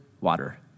water